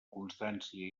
constància